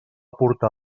portar